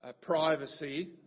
privacy